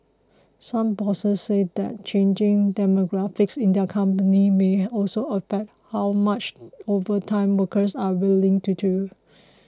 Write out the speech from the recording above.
some bosses said that changing demographics in their companies may also affect how much overtime workers are willing to do